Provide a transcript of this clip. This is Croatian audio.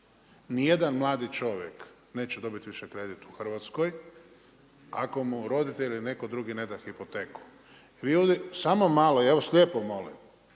Nijedan mladi čovjek neće dobiti više kredit u Hrvatskoj ako mu roditelji ili neko drugi ne da hipoteku. Vi ovdje, samo malo, ja vas lijepo molim,